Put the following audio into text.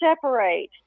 separate